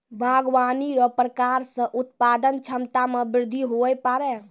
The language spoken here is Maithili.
बागवानी रो प्रकार से उत्पादन क्षमता मे बृद्धि हुवै पाड़ै